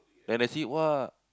then I see [wah]